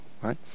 right